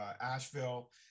Asheville